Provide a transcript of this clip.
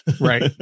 Right